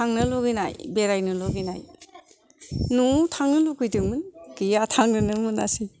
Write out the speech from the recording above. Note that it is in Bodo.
थांनो लुबैनाय बेरायनो लुबैनाय न'आव थांनो लुबैदोंमोन गैया थांनोनो मोनासै